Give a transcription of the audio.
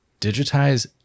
digitize